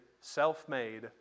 self-made